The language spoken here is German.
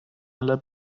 aller